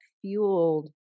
fueled